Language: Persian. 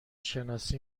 شناسی